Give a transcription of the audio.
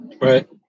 right